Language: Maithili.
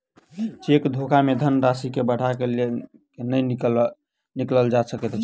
चेक धोखा मे धन राशि के बढ़ा क नै निकालल जा सकैत अछि